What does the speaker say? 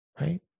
right